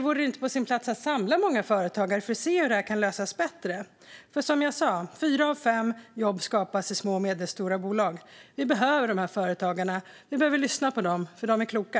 Vore det inte på sin plats att samla företagare och se hur detta kan lösas bättre? Som jag sa skapas fyra av fem jobb i små och medelstora bolag. Vi behöver dessa företagare. Vi behöver lyssna på dem, för de är kloka.